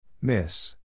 Miss